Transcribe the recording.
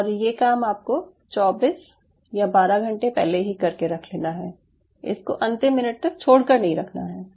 और ये काम आपको 24 या 12 घंटे पहले ही कर के रख लेना है इसको अंतिम मिनट तक छोड़ कर नहीं रखना है